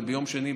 וביום שני,